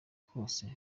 kose